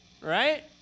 right